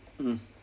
mm